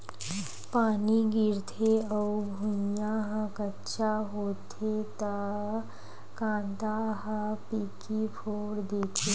पानी गिरथे अउ भुँइया ह कच्चा होथे त कांदा ह पीकी फोर देथे